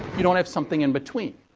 you don't have something in between.